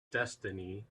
destiny